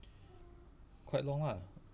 quite long ah